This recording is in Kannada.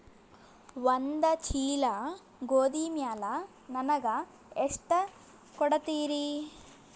ಒಂದ ಚೀಲ ಗೋಧಿ ಮ್ಯಾಲ ನನಗ ಎಷ್ಟ ಕೊಡತೀರಿ?